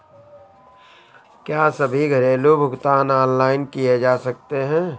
क्या सभी घरेलू भुगतान ऑनलाइन किए जा सकते हैं?